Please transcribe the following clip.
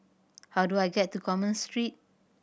how do I get to Commerce Street